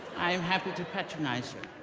i am happy to patronize you